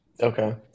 Okay